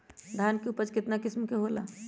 धान के उपज केतना किस्म के होला?